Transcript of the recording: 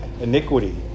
iniquity